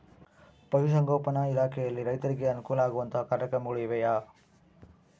ಪಶುಸಂಗೋಪನಾ ಇಲಾಖೆಯಲ್ಲಿ ರೈತರಿಗೆ ಅನುಕೂಲ ಆಗುವಂತಹ ಕಾರ್ಯಕ್ರಮಗಳು ಇವೆಯಾ?